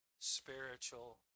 spiritual